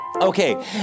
Okay